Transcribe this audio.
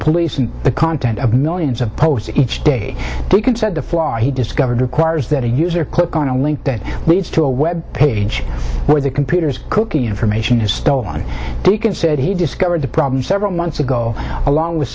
police and the content of millions of posts each day you can send a flaw he discovered requires that a user click on a link that leads to a web page where the computer's cooking information is stolen he can said he discovered the problem several months ago along with